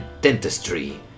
dentistry